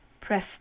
press